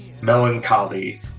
melancholy